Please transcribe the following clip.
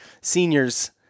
seniors